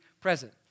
present